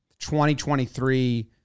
2023